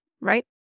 right